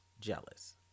jealous